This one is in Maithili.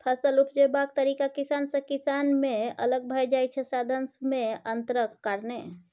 फसल उपजेबाक तरीका किसान सँ किसान मे अलग भए जाइ छै साधंश मे अंतरक कारणेँ